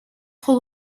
trop